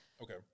Okay